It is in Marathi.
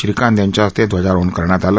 श्रीकांत यांच्या हस्ते ध्वजारोहण करण्यात आलं